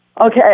Okay